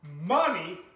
Money